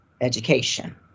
education